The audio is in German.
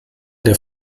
der